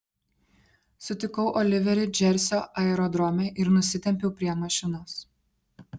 sutikau oliverį džersio aerodrome ir nusitempiau prie mašinos